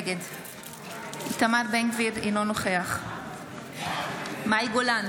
נגד איתמר בן גביר, אינו נוכח מאי גולן,